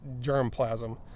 germplasm